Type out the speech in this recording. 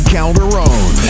Calderon